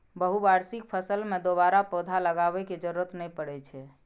बहुवार्षिक फसल मे दोबारा पौधा लगाबै के जरूरत नै पड़ै छै